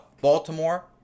Baltimore